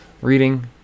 reading